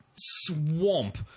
swamp